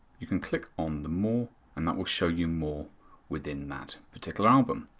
you can click on the more and that will show you more within that particular album.